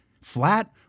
flat